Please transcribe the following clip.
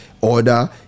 order